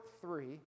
three